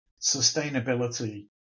sustainability